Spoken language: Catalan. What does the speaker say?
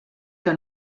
que